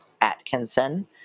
Atkinson